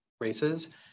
races